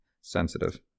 sensitive